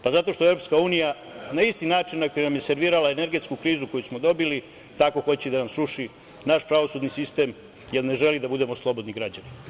Pa, zato što EU na isti način na koji vam je servirala energetsku krizu koju smo dobili, tako hoće da nam sruši i naš pravosudni sistem, jer ne želi da budemo slobodni građani.